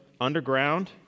underground